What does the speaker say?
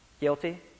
Guilty